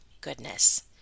goodness